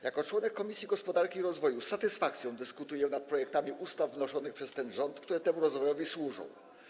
Jako członek Komisji Gospodarki i Rozwoju z satysfakcją dyskutuję nad projektami ustaw wnoszonych przez ten rząd, które temu rozwojowi służą.